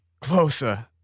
Closer